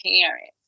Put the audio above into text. parents